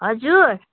हजुर